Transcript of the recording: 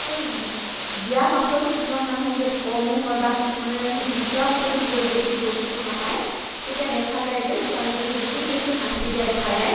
আৰু দিয়াৰ পাছতো কিছুমান মানুহক যদি কমো হয় বা কিছুমানে হেতি বিচৰা মতে য যদি যৌতুকটো নাপায় তেতিয়া দেখা যায় যে ছোৱালীজনীক বহুত বেছি শাস্তি দিয়া দেখা যায়